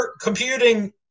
computing